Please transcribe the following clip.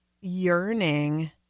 yearning